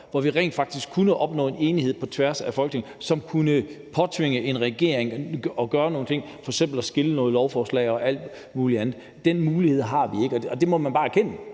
hvor vi rent faktisk kunne opnå en enighed på tværs af Folketinget, som kunne påtvinge en regering at gøre nogle ting, f.eks. at dele nogle lovforslag og alt muligt andet. Den mulighed har vi ikke, og det må vi bare erkende